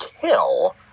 kill